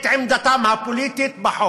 את עמדתם הפוליטית בחוק.